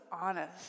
honest